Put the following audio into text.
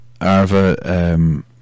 Arva